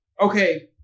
Okay